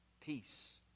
peace